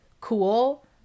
cool